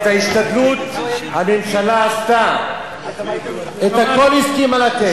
את ההשתדלות הממשלה עשתה, את הכול היא הסכימה לתת.